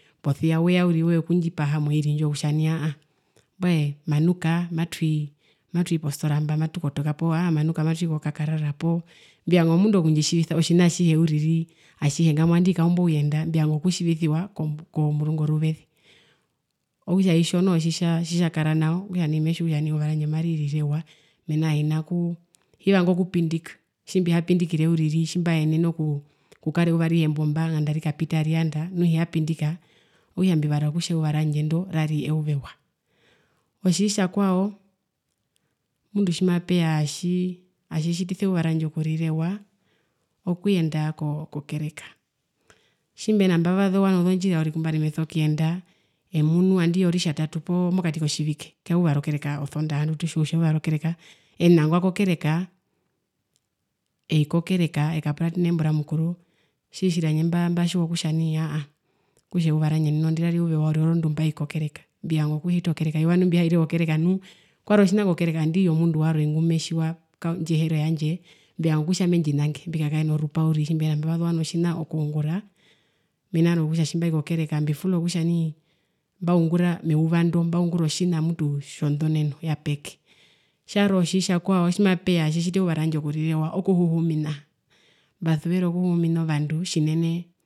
Posia weya uriri wekundjipaha moirindjo kutja nai aahaa mbwae manuka matwii postora mba poo matwii kokakarara poo mbivanga omundu okundjitjivisa otjina atjihe uriri atjihe ngamwa andae kaombo ouyenda mbivanga okutjivisiwa ko komurungu oruveze okutja itjo noho tji tjitjakara nao okutja metjiwa kutjavi eyuva randje maririre ewa tjimene oku okukara eyuva arihe embomba nganda arikapita ariyanda nu hiyapindika okutja mbivara kutja eyuva randje ndo rari eyuva ewa. Otjitjakwao mutu tjimapeya atji atji atjitjitisa eyuva randje okurira ewa okuyenda ko kokereka tjimbihena mbavazewa nozondjira zarwe kumbari ameso kuyenda emunu andii oritjatatu poo mokati kotjivike kayuva rokereka osondaha nditutjiwa kutja eyuva rokereka enangwa kokereka eii kokereka ekapuratena embo ra mukuru tjiri tjiri handje mba mbatjiwa kutja nai haa aa okutja eyuva randje ndinondi rari eyuva ewa uriri orondu mbai kokereka mbivanga okuhita okereka eyuva tjimbihaire kokereka nu kwari otjina kokereka nandi yomundu warwe ngumetjiwa ndjiheri oyandje mbivanga kutja mendjinange mbikakare norupa uriri tjimbehena mbavasewa notjina okungura mena rokutja tjimbai kokereka mbifula kutja nai mbaungura meuva ndo mbaungura otjina mutu tjondoneno yapeke tjarwe otjitjakwao tjimapeya atjitjiti euva randje okurira ewa okuhuhumina mbasuvera okuhuhumina ovandu tjinene.